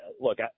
look